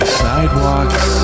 sidewalks